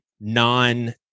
non-